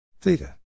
theta